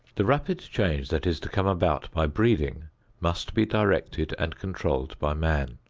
the rapid change that is to come about by breeding must be directed and controlled by man.